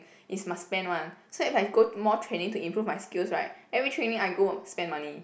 is must spend one so if I go more training to improve my skills right every training I go spend money